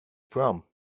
from